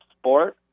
sport